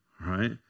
Right